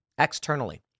Externally